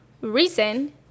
reason